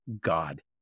God